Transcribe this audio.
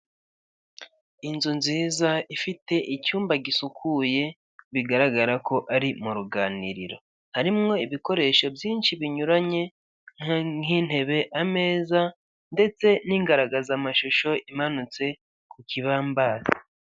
Inzu nziza ifite icyumba gisukuye, bigaragara ko ari mu ruganiriro, harimo ibikoresho byinshi binyuranye nk'intebe, ameza ndetse n'ingaragazamashusho imanitse ku kibambasi.